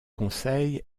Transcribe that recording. conseil